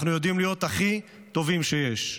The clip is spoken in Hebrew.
אנחנו יודעים להיות הכי טובים שיש.